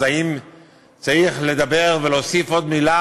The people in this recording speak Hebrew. אז האם צריך לדבר ולהוסיף עוד מילה